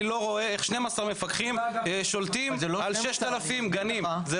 אני לא רואה איך 12 מפקחים שולטים על 6,000 גנים.